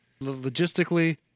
logistically